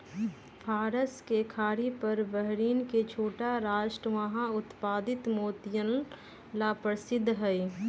फारस के खाड़ी पर बहरीन के छोटा राष्ट्र वहां उत्पादित मोतियन ला प्रसिद्ध हई